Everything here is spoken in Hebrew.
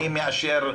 מי מאשר,